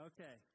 Okay